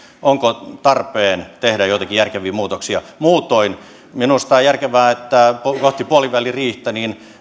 onko tarpeen tehdä joitakin järkeviä muutoksia muutoin minusta on järkevää että kohti puoliväliriihtä